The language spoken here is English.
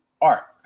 art